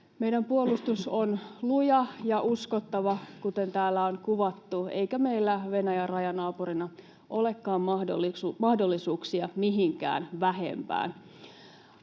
Meidän puolustuksemme on luja ja uskottava, kuten täällä on kuvattu, eikä meillä Venäjän rajanaapurina olekaan mahdollisuuksia mihinkään vähempään.